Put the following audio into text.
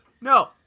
No